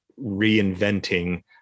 reinventing